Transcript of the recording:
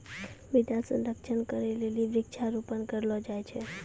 मृदा संरक्षण करै लेली वृक्षारोपण करलो जाय छै